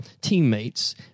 teammates